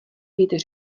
být